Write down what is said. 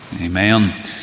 Amen